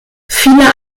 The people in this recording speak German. viele